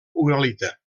uralita